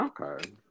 Okay